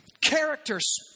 characters